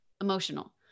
emotional